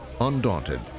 undaunted